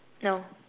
no